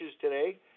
today